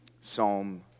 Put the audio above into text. Psalm